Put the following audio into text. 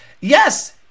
Yes